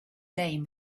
name